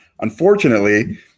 unfortunately